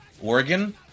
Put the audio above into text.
Oregon